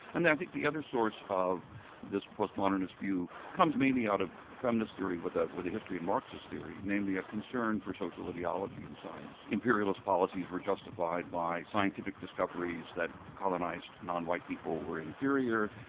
and i think the other source of this post modernist view comes mainly out of feminist theory with ah with a history in marxist theory, namely a concern for social ideology in science. imperialist policies were justified by scientific discoveries that colonised non-white people were inferior,